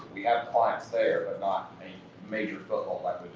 we have clients there, but not any major football